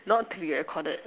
not to be recorded